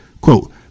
Quote